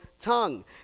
tongue